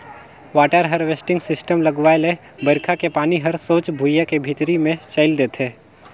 water harvesting system लगवाए ले बइरखा के पानी हर सोझ भुइयां के भीतरी मे चइल देथे